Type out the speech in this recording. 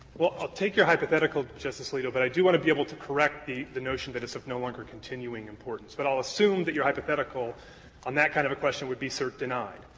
well, i'll take your hypothetical, justice alito, but i do want to be able to correct the the notion that it's of no longer continuing importance. but i'll assume that your hypothetical on that kind of a question would be cert denied.